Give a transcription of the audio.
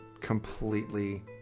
completely